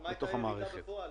ומה הייתה הירידה בפועל.